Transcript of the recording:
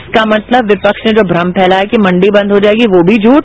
इसका मतलब विपस ने जो भ्रम फैलाया कि मंडी बंद हो जाएगी वो भी झूठ